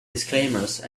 disclaimers